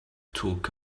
talk